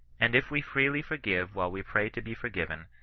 and if we freely forgive while we pray to be forgiven,